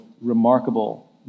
remarkable